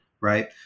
right